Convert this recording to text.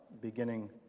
beginning